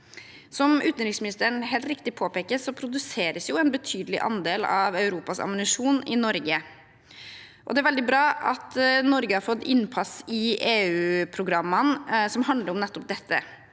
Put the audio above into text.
Som utenriksministeren helt riktig påpeker, produseres en betydelig andel av Europas ammunisjon i Norge. Det er veldig bra at Norge har fått innpass i EU-programmene som handler om nettopp dette.